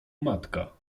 matka